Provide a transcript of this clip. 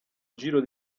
giro